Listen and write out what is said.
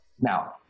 Now